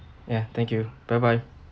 ya thank you bye bye